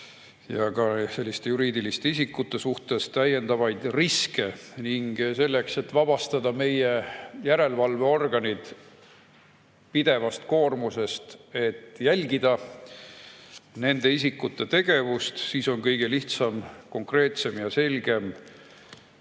ja ka selliste juriidiliste isikute suhtes täiendavaid riske. Selleks et vabastada meie järelevalveorganid pidevast koormusest jälgida nende isikute tegevust, on kõige lihtsam, konkreetsem ja selgem